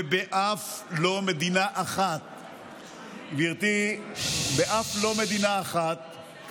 באף לא מדינה אחת, גברתי, באף לא מדינה אחת, ששש.